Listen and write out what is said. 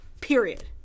period